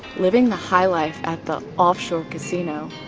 living the high life at the offshore casino.